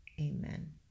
amen